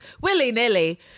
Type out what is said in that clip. willy-nilly